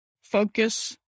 focus